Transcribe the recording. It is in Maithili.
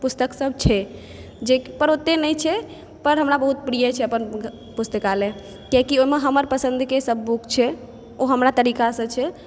पुस्तक सब छै जाहि पर ओतेक नहि छै पर हमरा बहुत प्रिय छै अपन पुस्तकालय कियाकि ओहिमे हमर पसन्दके सब बुक छै ओ हमरा तरीकासँ छै